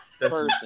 person